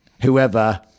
whoever